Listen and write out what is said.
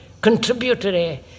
contributory